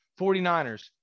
49ers